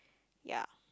ya